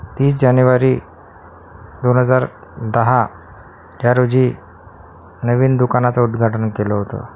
तीस जानेवारी दोन हजार दहा ह्या रोजी नवीन दुकानाचं उद्घाटन केलं होतं